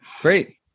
Great